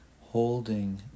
holding